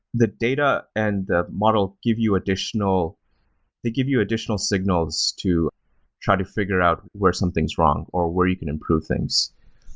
the data and the model give you additional they give you additional signals to try to figure out where something is wrong, or where you can improve things.